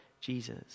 Jesus